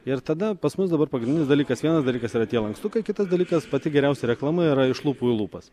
ir tada pas mus dabar pagrindinis dalykas vienas dalykas yra tie lankstukai kitas dalykas pati geriausia reklama yra iš lūpų į lūpas